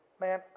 man